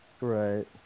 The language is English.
Right